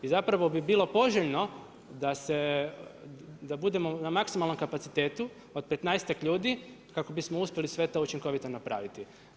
I zapravo bi bilo poželjno da se, da budemo na maksimalnom kapacitetu od 15-ak ljudi kako bismo uspjeli sve to učinkovito napraviti.